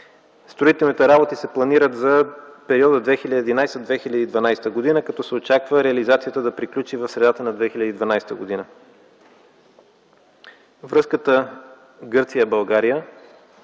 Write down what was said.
Строителните работи се планират за периода 2011-2012 г., като се очаква реализацията да приключи в средата на 2012 г. Връзката Гърция-България,